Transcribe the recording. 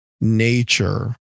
nature